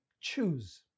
choose